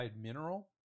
mineral